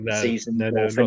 season